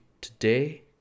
today